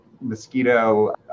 mosquito